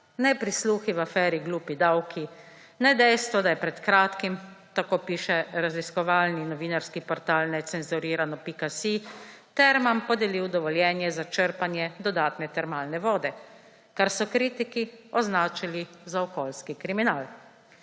ne prisluhi v aferi »glupi davki«, ne dejstvo, da je pred kratkim, tako piše raziskovalni novinarski portal Necenzurirano.si, termam podelil dovoljenje za črpanje dodatne termalne vode, kar so kritiki označili za okoljski kriminal.